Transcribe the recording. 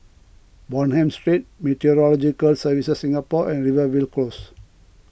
Bonham Street Meteorological Services Singapore and Rivervale Close